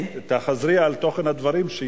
תחזרי על תוכן הדברים.